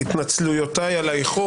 צוהריים טובים, התנצלויותיי על האיחור.